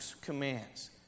commands